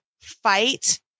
fight